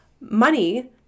Money